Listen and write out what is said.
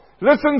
Listen